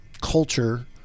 culture